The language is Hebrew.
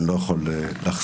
ואני לא יכול לחשוף.